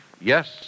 Yes